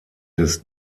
des